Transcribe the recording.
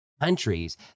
countries